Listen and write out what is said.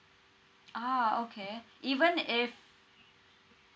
ah okay even if